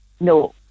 No